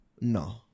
No